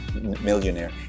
millionaire